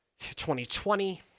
2020